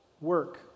work